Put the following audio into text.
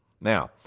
Now